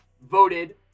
voted